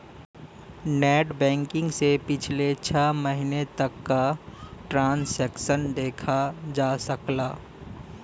net banking से पिछले छः महीने तक क ट्रांसैक्शन देखा जा सकला